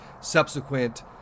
subsequent